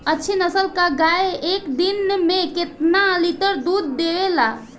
अच्छी नस्ल क गाय एक दिन में केतना लीटर दूध देवे ला?